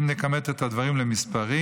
אם נכמת את הדברים למספרים,